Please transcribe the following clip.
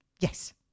Yes